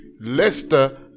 Leicester